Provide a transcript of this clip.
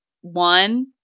one